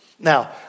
Now